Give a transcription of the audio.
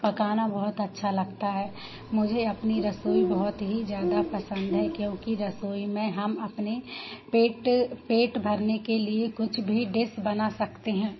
पकाना बहुत अच्छा लगता है मुझे अपनी रसोई बहुत ही ज़्यादा पसंद है क्योंकि रसोई में हम अपने पेट पेट भरने के लिए कुछ भी डिस बना सकते हैं